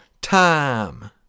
time